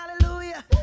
hallelujah